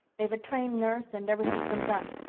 they've a trained nurse and everything's been done.